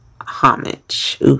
homage